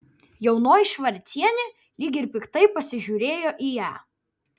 jaunoji švarcienė lyg ir piktai pasižiūrėjo į ją